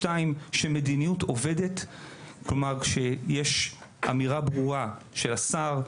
ב׳ - מדיניות עובדת כשיש אמירה ברורה מצד כולם - של השר,